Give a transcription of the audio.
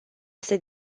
este